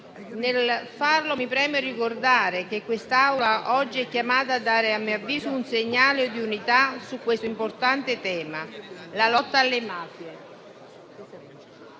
Nel farlo, mi preme ricordare che quest'Aula oggi è chiamata a dare, a mio avviso, un segnale di unità su questo importante tema. La lotta alle mafie,